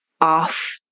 off